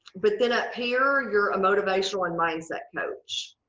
but then appeared you're a motivational and mindset coach.